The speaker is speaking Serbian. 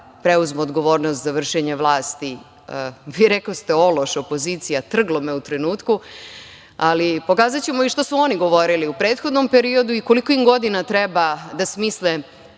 preuzmu odgovornost za vršenje vlasti, vi rekoste, „ološ opozicija“, trglo me u trenutku, ali, pokazaćemo i šta su oni govorili u prethodnom periodu i koliko im godina treba da smisle